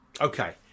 okay